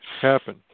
happen